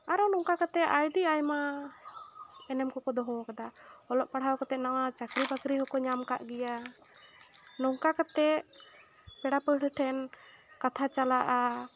ᱟᱨᱚ ᱱᱚᱝᱠᱟ ᱠᱟᱛᱮᱫ ᱟᱹᱰᱤ ᱟᱭᱢᱟ ᱮᱱᱮᱢ ᱠᱚᱠᱚ ᱫᱚᱦᱚ ᱟᱠᱟᱫᱟ ᱚᱞᱚᱜ ᱯᱟᱲᱦᱟᱣ ᱠᱟᱛᱮᱫ ᱱᱚᱣᱟ ᱪᱟᱠᱨᱤ ᱵᱟᱠᱨᱤ ᱠᱚᱠᱚ ᱧᱟᱢ ᱟᱠᱟᱫ ᱜᱮᱭᱟ ᱱᱚᱝᱠᱟ ᱠᱟᱛᱮᱫ ᱯᱮᱲᱟ ᱯᱟᱹᱲᱦᱟᱹ ᱴᱷᱮᱱ ᱠᱟᱛᱷᱟ ᱪᱟᱞᱟᱜᱼᱟ